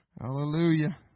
Hallelujah